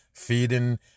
Feeding